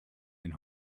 and